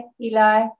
Eli